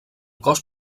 cos